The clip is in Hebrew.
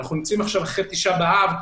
אנחנו נמצאים עכשיו אחרי תשעה באב,